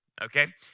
okay